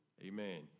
Amen